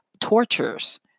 tortures